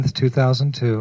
2002